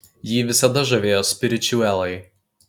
jį visada žavėjo spiričiuelai